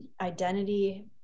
identity